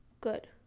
good